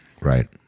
right